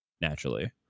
naturally